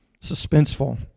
suspenseful